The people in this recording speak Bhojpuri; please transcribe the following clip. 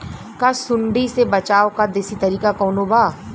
का सूंडी से बचाव क देशी तरीका कवनो बा?